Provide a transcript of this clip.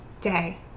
day